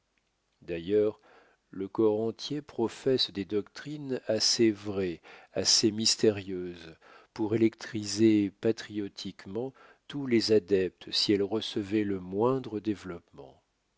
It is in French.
d'ailleurs le corps entier professe des doctrines assez vraies assez mystérieuses pour électriser patriotiquement tous les adeptes si elles recevaient le moindre développement